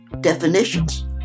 definitions